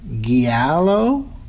Giallo